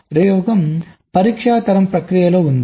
రెండవ ఉపయోగం పరీక్ష తరం ప్రక్రియలో ఉంది